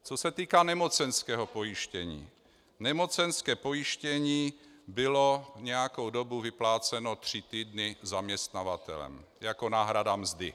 Co se týká nemocenského pojištění, nemocenské pojištění bylo nějakou dobu vypláceno tři týdny zaměstnavatelem jako náhrada mzdy.